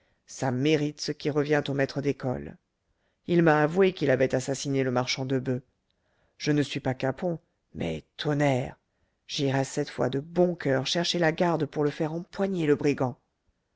ça mérite ce qui revient au maître d'école il m'a avoué qu'il avait assassiné le marchand de boeufs je ne suis pas capon mais tonnerre j'irais cette fois de bon coeur chercher la garde pour le faire empoigner le brigand